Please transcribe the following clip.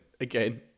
again